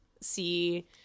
see